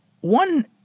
one